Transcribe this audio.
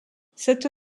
cette